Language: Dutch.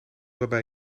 waarbij